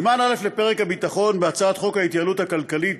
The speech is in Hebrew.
סימן א' לפרק הביטחון בהצעת חוק ההתייעלות הכלכלית